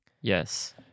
Yes